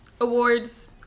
Awards